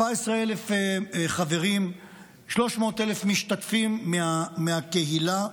17,000 חברים, 300,000 משתתפים מהקהילה.